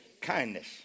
Kindness